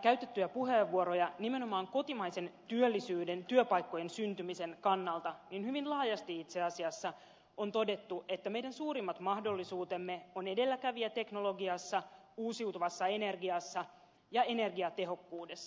käytettyjä puheenvuoroja nimenomaan kotimaisen työllisyyden ja työpaikkojen syntymisen kannalta niin hyvin laajasti itse asiassa on todettu että meidän suurimmat mahdollisuutemme ovat edelläkävijäteknologiassa uusiutuvassa energiassa ja energiatehokkuudessa